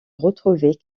retrouver